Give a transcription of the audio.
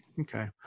Okay